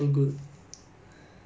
like like that lor